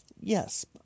yes